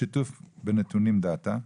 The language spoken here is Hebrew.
שיתוף בנתונים, Data.